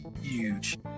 Huge